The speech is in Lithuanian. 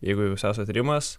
jeigu jūs esat rimas